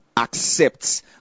accepts